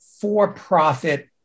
for-profit